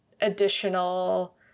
additional